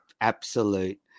absolute